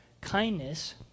Kindness